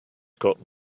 got